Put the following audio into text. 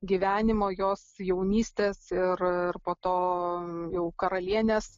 gyvenimo jos jaunystės ir ir po to jau karalienės